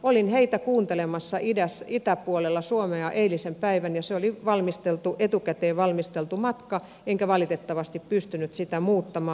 olin heitä kuuntelemassa itäpuolella suomea eilisen päivän ja se oli etukäteen valmisteltu matka enkä valitettavasti pystynyt sitä muuttamaan